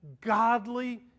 godly